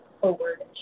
forward